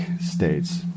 states